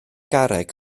garreg